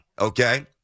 okay